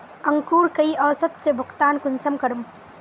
अंकूर कई औसत से भुगतान कुंसम करूम?